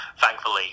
thankfully